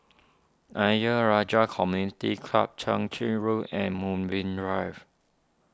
Ayer Rajah Community Club Chwee Chian Road and Moonbeam Drive